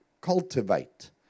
cultivate